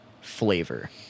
flavor